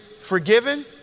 forgiven